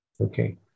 Okay